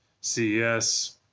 CES